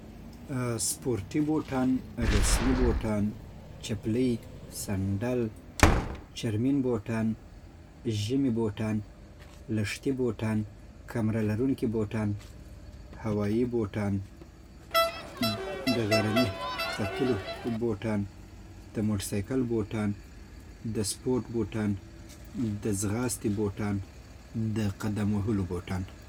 سپورتي بوټان رسمي بوټان چپلي سنډل چرمین بوټان ژمي بوټان لښتي بوټان کمره‌لرونکي بوټان هوایی بوټان د غرني ختلو بوټان د موټرسایکل بوټان د سپورټ بوټان د ځغاستی بوټان د قدم وهلو بوټان